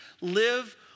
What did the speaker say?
Live